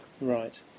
Right